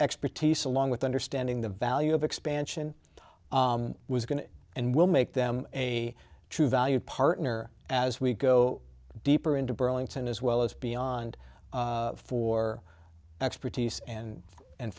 expertise along with understanding the value of expansion was going to and will make them a true value partner as we go deeper into burlington as well as beyond for expertise and and